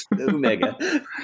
Omega